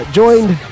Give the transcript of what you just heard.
joined